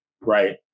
Right